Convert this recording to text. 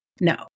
No